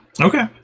Okay